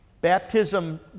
Baptism